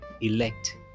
elect